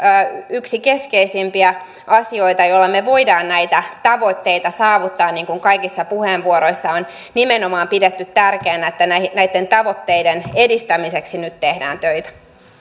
yksi keskeisimpiä asioita jolla me voimme näitä tavoitteita saavuttaa niin kuin kaikissa puheenvuoroissa on nimenomaan pidetty tärkeänä että näitten tavoitteiden edistämiseksi nyt tehdään töitä